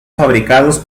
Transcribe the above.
fabricados